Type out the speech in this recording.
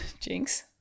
Jinx